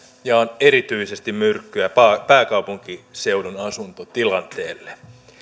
ja on myrkkyä erityisesti pääkaupunkiseudun asuntotilanteelle